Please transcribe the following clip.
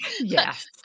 yes